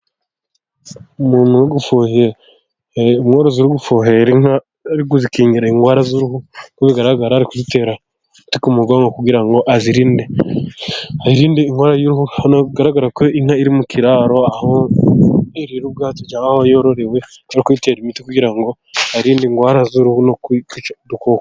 Umuntu uri gufuhera umworozi uri gufuhera inka, ari kuzikingira indwara uko bigaragara ari kuzitera ku mugongo kugira ngo azirinde, ayirinde indwara inka iri mu kiraro aho yororewe ari kuyitera imiti, kugira ngo ayirinde indwara z'uruhu no kwica udukoko.